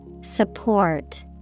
Support